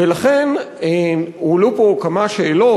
ולכן הועלו פה כמה שאלות.